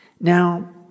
Now